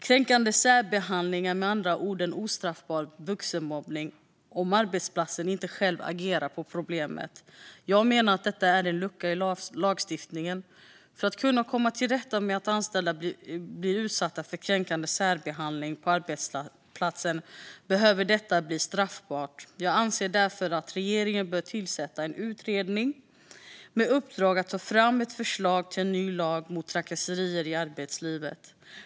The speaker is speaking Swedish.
Kränkande särbehandling är med andra ord en ostraffbar vuxenmobbning om arbetsplatsen inte själv agerar på problemet. Jag menar att detta är en lucka i lagstiftningen. För att kunna komma till rätta med att anställda blir utsatta för kränkande särbehandling på arbetsplatsen behöver detta bli straffbart. Jag anser därför att regeringen ska tillsätta en utredning med uppdrag att ta fram ett förslag till en ny lag mot trakasserier i arbetslivet.